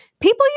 People